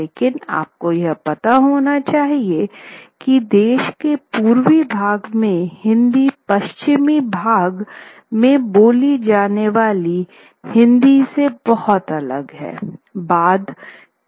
लेकिन आपको यह पता होना चाहिए की देश के पूर्वी भाग की हिंदी पश्चिमी भाग में बोली जाने वाली हिंदी से बहुत अलग है